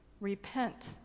repent